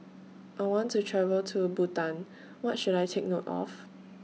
I want to travel to Bhutan What should I Take note of